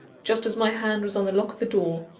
just as my hand was on the lock of the door,